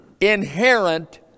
inherent